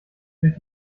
durch